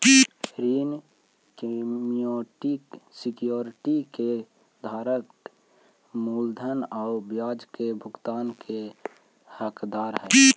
ऋण सिक्योरिटी के धारक मूलधन आउ ब्याज के भुगतान के हकदार हइ